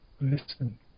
listen